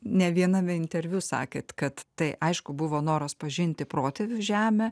ne viename interviu sakėt kad tai aišku buvo noras pažinti protėvių žemę